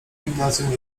gimnazjum